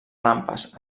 rampes